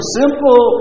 simple